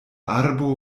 arbo